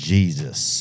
Jesus